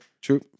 True